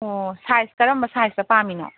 ꯑꯣ ꯁꯥꯏꯖ ꯀꯔꯝꯕ ꯁꯥꯏꯖꯇ ꯄꯥꯝꯃꯤꯅꯣ